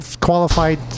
qualified